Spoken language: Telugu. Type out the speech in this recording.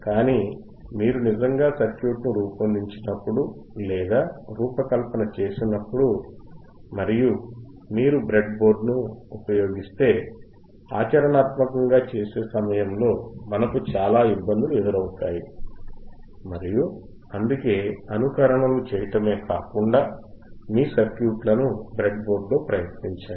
కానీ మీరు నిజంగా సర్క్యూట్ను రూపొందించినప్పుడు లేదా రూపకల్పన చేసినప్పుడు మరియు మీరు బ్రెడ్బోర్డును ఉపయోగిస్తే ఆచరణాత్మముగా చేసే సమయములో మనకు చాలా ఇబ్బందులు ఎదురవుతాయి మరియు అందుకే అనుకరణలు చేయడమే కాకుండా మీ సర్క్యూట్లను బ్రెడ్బోర్డ్లో ప్రయత్నించండి